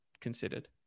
considered